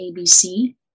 ABC